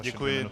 Děkuji.